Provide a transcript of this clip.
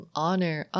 honor